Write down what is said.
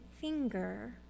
finger